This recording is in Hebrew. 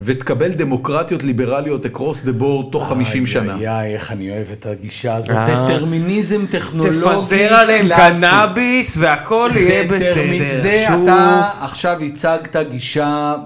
ותקבל דמוקרטיות ליברליות אקרוס דה בורד תוך 50 שנה. איי, איך אני אוהב את הגישה הזאת. דטרמיניזם טכנולוגי. תפזר עליהם קנאביס והכל יהיה בסדר. מזה אתה עכשיו ייצגת גישה.